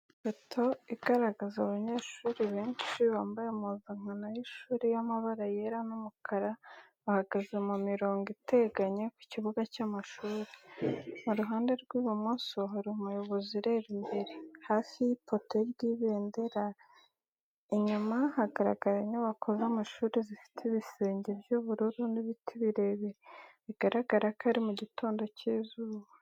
Iyi foto igaragaza abanyeshuri benshi bambaye impuzankano y’ishuri y’amabara yera n’umukara bahagaze mu mirongo iteganye ku kibuga cy’amashuri. Mu ruhande rw’ibumoso hari umuyobozi ureba imbere, hafi y’ipoto ry’ibendera. Inyuma hagaragara inyubako z’amashuri zifite ibisenge by’ubururu n’ibiti birebire, bigaragara ko ari mu gitondo cy’izuba.